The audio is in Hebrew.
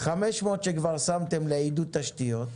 500 מיליון שכבר שמתם לעידוד תשתיות,